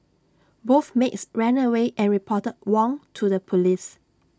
both maids ran away and reported Wong to the Police